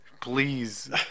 Please